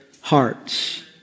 hearts